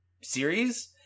series